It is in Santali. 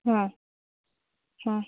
ᱦᱮᱸ ᱦᱮᱸ